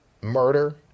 murder